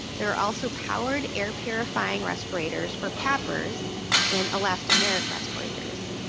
there are also powered air purifying respirators or paprs and elastomeric respirators.